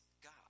God